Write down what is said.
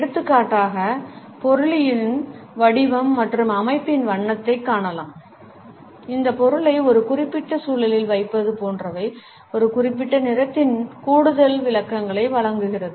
எடுத்துக்காட்டாக பொருளின் வடிவம் மற்றும் அமைப்பின் வண்ணத்தைக் காணலாம் இந்த பொருளை ஒரு குறிப்பிட்ட சூழலில் வைப்பது போன்றவை ஒரு குறிப்பிட்ட நிறத்தின் கூடுதல் விளக்கங்களை வழங்குகிறது